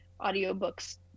audiobooks